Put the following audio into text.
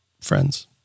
friends